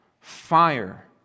Fire